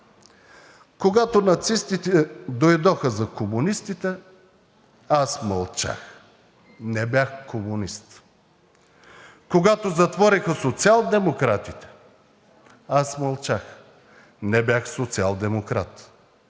„Когато нацистите дойдоха за комунистите, аз мълчах, не бях комунист. Когато затвориха социалдемократите, аз мълчах, не бях социалдемократ.